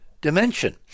dimension